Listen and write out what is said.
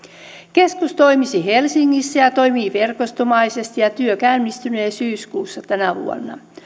keskus toimisi helsingissä ja toimii verkostomaisesti ja työ käynnistynee syyskuussa tänä vuonna